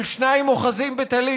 של "שניים אוחזין בטלית,